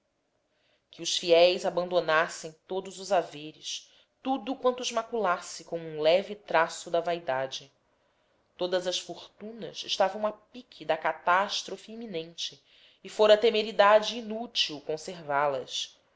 que os fiéis abandonassem todos os haveres tudo quanto os maculasse com um leve traço da vaidade todas as fortunas estavam a pique da catástrofe iminente e fora temeridade inútil conservá las